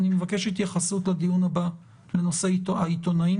אני מבקש התייחסות בדיון הבא לנושא העיתונאים